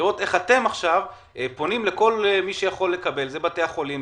לראות איך אתם פונים לכל מי שיכול לקבל בתי החולים,